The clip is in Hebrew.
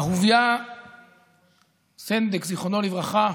אהוביה סנדק, זיכרונו לברכה,